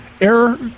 Error